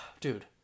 Dude